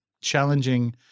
challenging